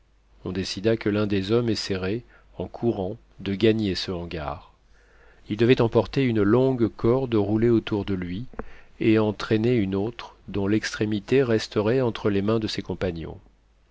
on décida que l'un des hommes essayerait en courant de gagner ce hangar il devait emporter une longue corde roulée autour de lui et en traîner une autre dont l'extrémité resterait entre les mains de ses compagnons